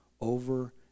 over